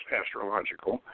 astrological